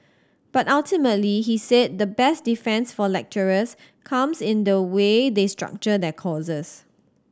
but ultimately he said the best defence for lecturers comes in the way they structure their courses